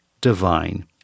divine